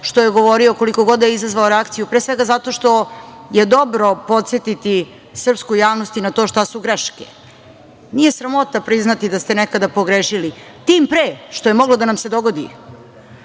što je govorio, koliko god da je izazvao reakciju, pre svega zato što je dobro podsetiti srpsku javnost i na to šta su greške. Nije sramota priznati da ste nekada pogrešili, tim pre što je moglo da nam se dogodi